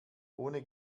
ohne